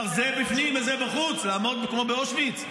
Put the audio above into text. לומר: זה בפנים וזה בחוץ, לעמוד כמו באושוויץ?